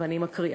ואני מקריאה: